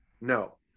No